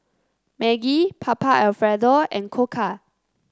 Maggi Papa Alfredo and Koka